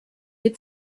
had